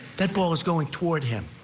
that ball is going toward him.